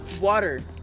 water